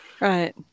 Right